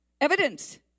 evidence